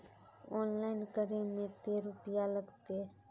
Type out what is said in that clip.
Online करे में ते रुपया लगते?